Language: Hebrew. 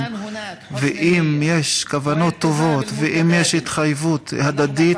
ואם יש כוונות טובות ואם יש התחייבות הדדית,